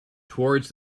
towards